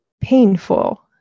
painful